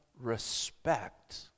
respect